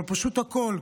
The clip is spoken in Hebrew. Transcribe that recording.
אבל פשוט הכול,